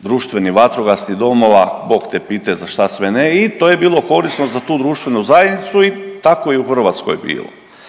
društvenih, vatrogasnih domova, bog te pitaj za šta sve ne i to je bilo korisno za tu društvenu zajednicu i tako je i u Hrvatskoj bilo.